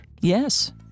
Yes